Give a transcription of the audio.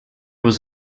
was